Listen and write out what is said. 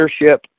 leadership